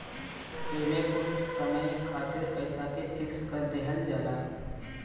एमे कुछ समय खातिर पईसा के फिक्स कर देहल जाला